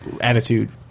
attitude